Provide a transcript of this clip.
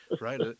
Right